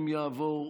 אם יעבור,